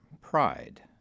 pride